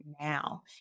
now